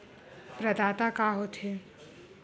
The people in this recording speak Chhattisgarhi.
प्रदाता का हो थे?